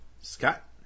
Scott